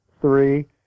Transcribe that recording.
three